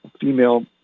female